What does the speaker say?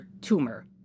tumor